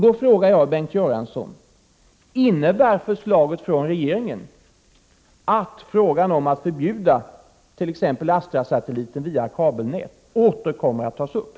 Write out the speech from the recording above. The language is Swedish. Då frågar jag Bengt Göransson: Innebär förslaget från regeringen att frågan om att förbjuda t.ex. Astrasatelliten via kabelnät åter kommer att tas upp?